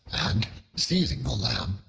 and seizing the lamb,